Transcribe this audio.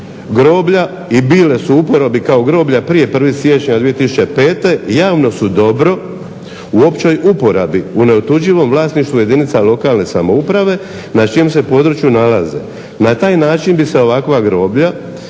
groblja i bile su u uporabi kao groblja prije 1. siječnja 2005. javno su dobro u općoj uporabi, u neotuđivom vlasništvu jedinica lokalne samouprave na čijem se području nalaze. Na taj način bi se ovakva groblja